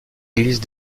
église